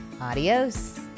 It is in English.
Adios